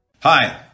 Hi